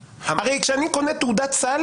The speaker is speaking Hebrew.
אני בהסכם על קרן נאמנות, הרי כשאני קונה תעודת סל